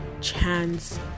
Chance